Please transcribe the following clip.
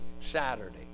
Saturday